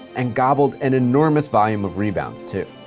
and gobbled an enormous volume of rebounds, too.